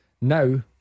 Now